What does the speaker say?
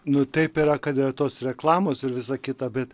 nu taip yra kad yra tos reklamos ir visa kita bet